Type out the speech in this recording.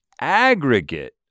aggregate